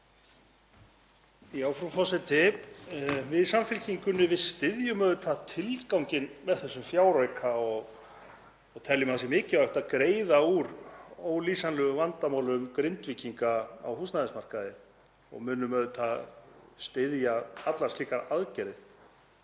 Frú forseti. Við í Samfylkingunni styðjum auðvitað tilganginn með þessum fjárauka, teljum að það sé mikilvægt að greiða úr ólýsanlegum vandamálum Grindvíkinga á húsnæðismarkaði og munum auðvitað styðja allar slíkar aðgerðir.